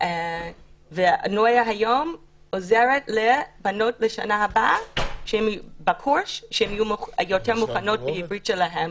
נויה היום עוזרת לבנות לשנה הבאה שיהיו יותר מוכנות בעברית שלהן,